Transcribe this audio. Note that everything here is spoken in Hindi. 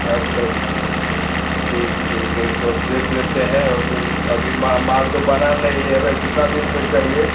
अच्छा ठीक ठीक है तो अब देख लेते हैं अभी मा माल तो बना नहीं है हमे कितना दिन में चाहिए